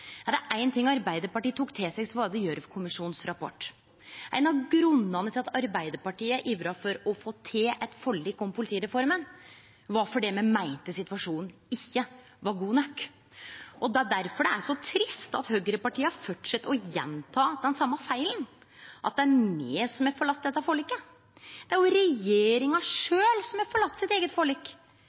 Gjørv-kommisjonens rapport. Ein av grunnane til at Arbeidarpartiet ivra for å få til eit forlik om politireforma, var at me meinte at situasjonen ikkje var god nok, og det er difor det er så trist at høgrepartia held fram med å gjenta den same feilen, at det er me som har forlate dette forliket. Det er jo regjeringa sjølv som har forlate sitt eige forlik,